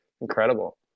Incredible